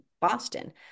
Boston